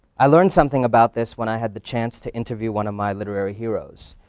i learned something about this when i had the chance to interview one of my literary heroes,